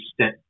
step